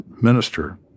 minister